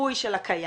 מיפוי של הקיים,